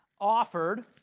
offered